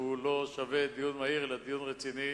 והוא לא שווה דיון מהיר אלא דיון רציני,